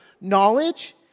knowledge